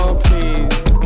please